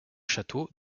château